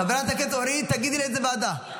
חברת הכנסת אורית, תגידי לאיזו ועדה.